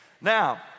Now